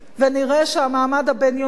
ונראה שהמעמד הבינוני,